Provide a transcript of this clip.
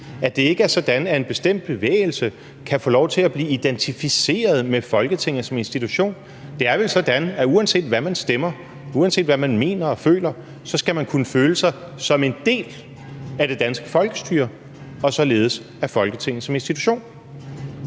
at det ikke er sådan, at en bestemt bevægelse kan få lov til at blive identificeret med Folketinget som institution. Det er vel sådan, at uanset hvad man stemmer, uanset hvad man mener og føler, så skal man kunne føle sig som en del af det danske folkestyre og således af Folketinget som institution.